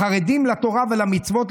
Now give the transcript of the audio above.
החרדים לתורה ולמצוות,